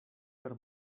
per